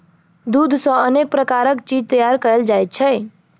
दूध सॅ अनेक प्रकारक चीज तैयार कयल जाइत छै